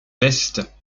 vestes